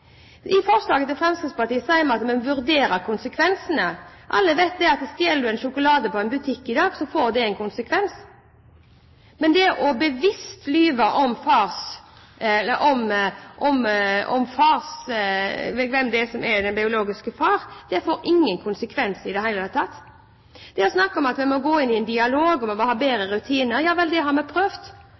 I forslaget til Fremskrittspartiet og Høyre ber vi om at en skal «vurdere» konsekvensene. Alle vet at dersom du stjeler en sjokolade i en butikk i dag, får det en konsekvens. Men det bevisst å lyve om hvem som er den biologiske faren, får ingen konsekvens i det hele tatt. Det snakkes om at vi må gå inn i en dialog, og at vi må ha bedre rutiner. Ja vel, det har vi prøvd.